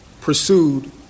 pursued